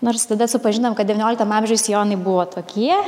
nors tada supažindinam kad devynioliktam amžiuj sijonai buvo tokie